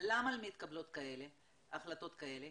למה מתקבלות החלטות כאלה.